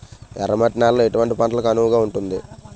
ఎర్ర మట్టి నేలలో ఎటువంటి పంటలకు అనువుగా ఉంటుంది?